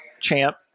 champ